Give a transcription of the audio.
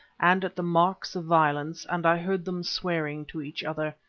and at the marks of violence, and i heard them swearing to each other,